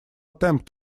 attempt